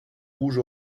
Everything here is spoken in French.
rouge